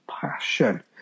passion